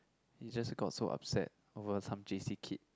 he just got so upset over some J_C kid